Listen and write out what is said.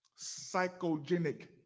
Psychogenic